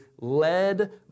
led